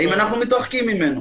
האם אנחנו מתרחקים ממנו?